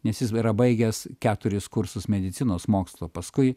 nes jis yra baigęs keturis kursus medicinos mokslo paskui